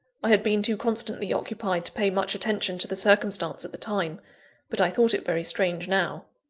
i had been too constantly occupied to pay much attention to the circumstance at the time but i thought it very strange now.